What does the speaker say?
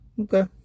Okay